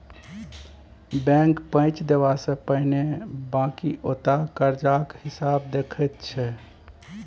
bank पैंच देबा सँ पहिने बकिऔता करजाक हिसाब देखैत छै